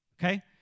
okay